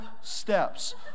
steps